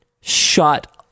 Shut